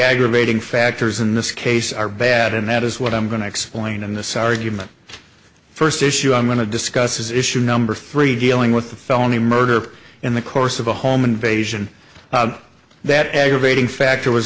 aggravating factors in this case are bad and that is what i'm going to explain in this argument first issue i'm going to discuss is issue number three dealing with the felony murder in the course of a home invasion that aggravating factor was